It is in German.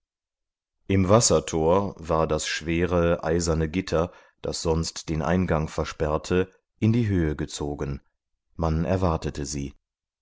im wassertor war das schwere eiserne gitter das sonst den eingang versperrte in die höhe gezogen man erwartete sie